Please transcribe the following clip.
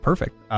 Perfect